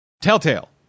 telltale